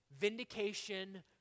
vindication